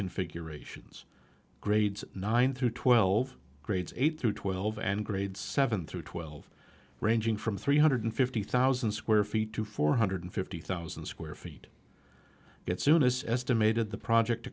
configurations grades nine through twelve grades eight through twelve and grades seven through twelve ranging from three hundred fifty thousand square feet to four hundred fifty thousand square feet it soon as estimated the project